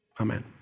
amen